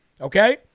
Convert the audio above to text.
okay